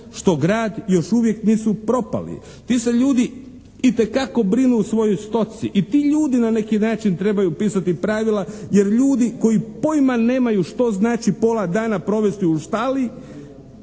što grad još uvijek nisu propali. Ti se ljudi itekako brinu o svojoj stoci i ti ljudi na neki način trebaju pisati pravila. Jer ljudi, koji pojma nemaju što znači pola dana provesti u štali